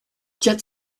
quatre